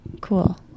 cool